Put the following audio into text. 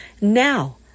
now